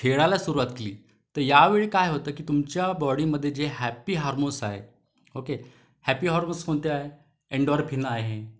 खेळाला सुरुवात केली तर यावेळी काय होतं की तुमच्या बॉडीमध्ये जे हॅप्पी हार्मोन्स आहे ओके हॅप्पी हार्मोन्स कोणते आहे एंडोरफीन आहे